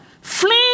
flee